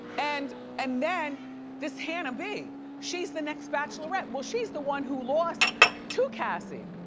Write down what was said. and and then this hannah b, she's the next bachelorette. well, she's the one who lost to cassie.